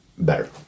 better